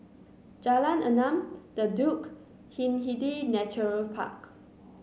Jalan Enam The Duke Hindhede Nature Park